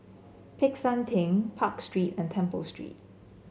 Peck San Theng Park Street and Temple Street